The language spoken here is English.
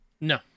No